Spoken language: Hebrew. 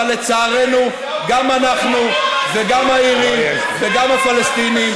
אבל לצערנו גם אנחנו וגם האירים וגם הפלסטינים